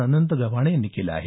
अनंत गव्हाणे यांनी केलं आहे